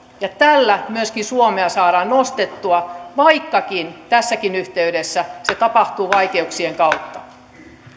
ja tällä myöskin suomea saadaan nostettua vaikkakin tässäkin yhteydessä se tapahtuu vaikeuksien kautta